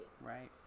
Right